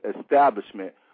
establishment